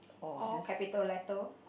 all capital letters